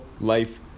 life